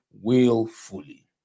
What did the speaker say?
willfully